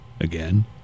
again